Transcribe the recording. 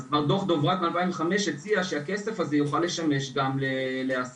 אז כבר דו"ח דברת מ-2005 הציע שהכסף הזה יוכל לשמש גם להעסקה,